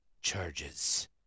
charges